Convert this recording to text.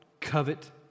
covet